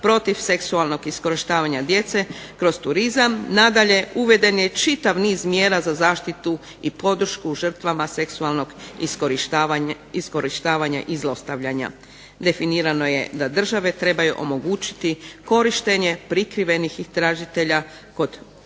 protiv seksualnog iskorištavanja djece kroz turizam. Nadalje, uveden je čitav niz mjera za zaštitu i podršku žrtvama seksualnog iskorištavanja i zlostavljanja. Definirano je da države trebaju omogućiti korištenje prikrivenih istražitelja kod ovih